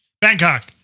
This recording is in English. Bangkok